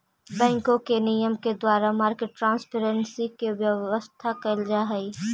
बैंकों के नियम के द्वारा मार्केट ट्रांसपेरेंसी के व्यवस्था कैल जा हइ